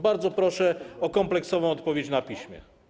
Bardzo proszę o kompleksową odpowiedź na piśmie.